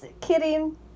kidding